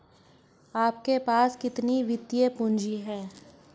आपके पास कितनी वित्तीय पूँजी है?